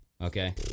okay